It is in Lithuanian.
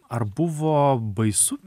ar buvo baisu